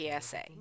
PSA